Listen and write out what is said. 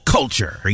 Culture